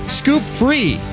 scoop-free